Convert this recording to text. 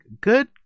good